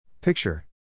Picture